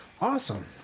Awesome